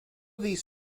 these